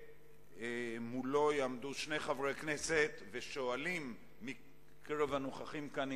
ומולו יעמדו שני חברי כנסת ושואלים מקרב הנוכחים כאן,